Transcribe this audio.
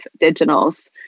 digitals